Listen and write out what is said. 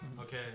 Okay